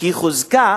כי חוזקה